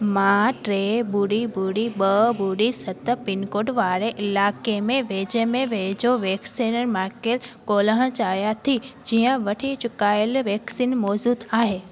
मां टे ॿुड़ी ॿुड़ी ॿ ॿुड़ी सत पिनकोड वारे इलाइके में वेझे में वेझो वैक्सनेशन मर्कज़ ॻोल्हण चाहियां थी थो जंहिं वटि चुकायल वैक्सीन मौज़ूदु आहे